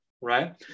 right